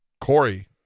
Corey